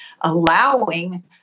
allowing